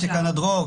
לא,